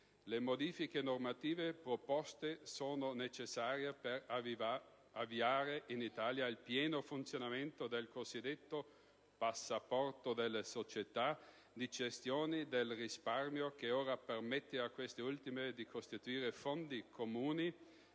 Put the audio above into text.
Le modifiche normative proposte sono necessarie per avviare in Italia il pieno funzionamento del cosiddetto passaporto delle società di gestione del risparmio che ora permette a queste ultime di costituire fondi comuni